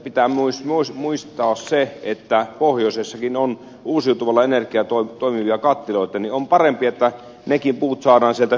pitää myös muistaa se että pohjoisessakin on uusiutuvalla energialla toimivia kattiloita niin että on parempi että nekin puut saadaan sieltä hyötykäyttöön